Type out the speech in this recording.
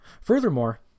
Furthermore